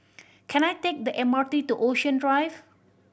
can I take the M R T to Ocean Drive